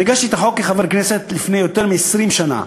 אני הגשתי את החוק כחבר כנסת לפני יותר מ-20 שנה,